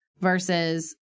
versus